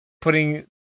putting